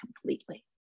completely